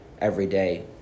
everyday